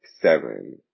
seven